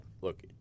look